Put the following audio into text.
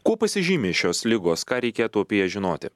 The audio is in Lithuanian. kuo pasižymi šios ligos ką reikėtų apie jas žinoti